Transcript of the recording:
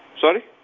Sorry